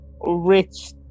Rich